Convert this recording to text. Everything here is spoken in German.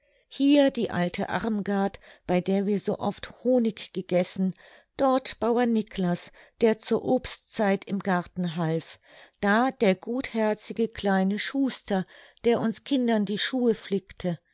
hier die alte armgard bei der wir so oft honig gegessen dort bauer niklas der zur obstzeit im garten half da der gutherzige kleine schuster der uns kindern die schuhe flickte